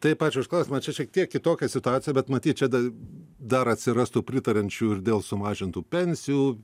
taip ačiū už klausimą čia šiek tiek kitokia situacija bet matyt čia dar atsirastų pritariančių ir dėl sumažintų pensijų